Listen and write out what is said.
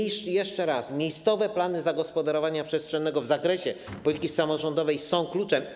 Jeszcze raz: miejscowe plany zagospodarowania przestrzennego w zakresie polityki samorządowej są kluczem.